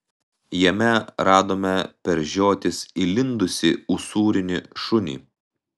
jame radome per žiotis įlindusį usūrinį šunį